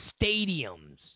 stadiums